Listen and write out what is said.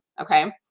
okay